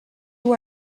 you